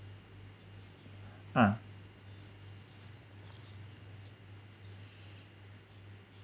ah